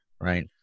Right